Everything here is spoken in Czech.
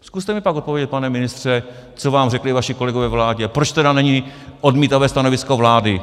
Zkuste mi pak odpovědět, pane ministře, co vám řekli vaši kolegové ve vládě a proč tedy není odmítavé stanovisko vlády!